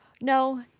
no